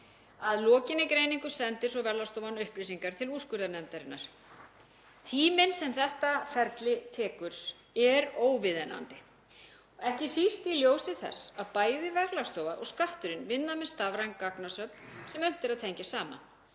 Að lokinni greiningu sendir svo Verðlagsstofa upplýsingar til úrskurðarnefndarinnar. Tíminn sem þetta ferli tekur er óviðunandi, ekki síst í ljósi þess að bæði Verðlagsstofa og Skatturinn vinna með stafræn gagnasöfn sem unnt er að tengja saman